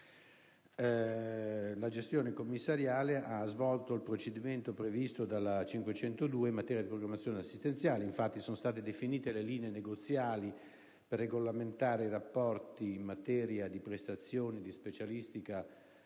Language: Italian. la gestione commissariale ha svolto il procedimento previsto dal decreto legislativo n. 502 del 1993 in materia di programmazione assistenziale. Infatti sono state definite le linee negoziali per regolamentare i rapporti in materia di prestazioni di specialistica